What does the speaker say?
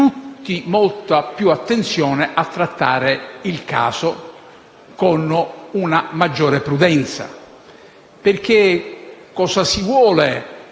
tutti molta più attenzione a trattare il caso con una maggiore prudenza. Cosa si vuole